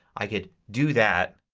i can do that.